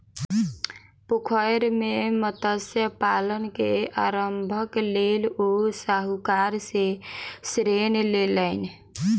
पोखैर मे मत्स्य पालन के आरम्भक लेल ओ साहूकार सॅ ऋण लेलैन